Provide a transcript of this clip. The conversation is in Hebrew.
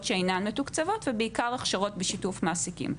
שאינן מתוקצבות ובעיקר הכשרות בשיתוף מעסיקים,